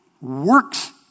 works